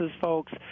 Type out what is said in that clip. folks